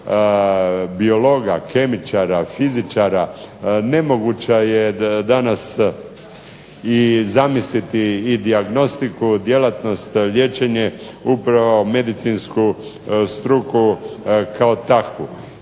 biologa, kemičara, fizičara, nemoguće je danas i zamisliti i dijagnostiku, djelatnost liječenje, upravo medicinsku struku kao takvu.